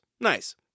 Nice